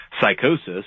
psychosis